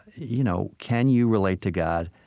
you know can you relate to god